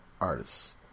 artists